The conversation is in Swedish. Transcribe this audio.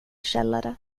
källare